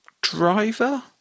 Driver